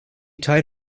tied